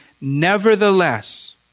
Nevertheless